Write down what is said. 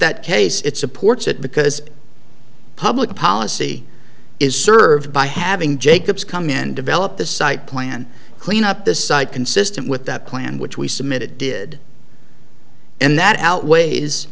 that case it supports it because public policy is served by having jacobs come in and develop the site plan clean up this site consistent with that plan which we submitted did and that outweighs